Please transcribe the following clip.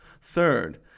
Third